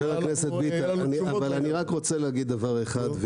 חבר הכנסת ביטן, אני רק רוצה להגיד דבר אחד.